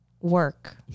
work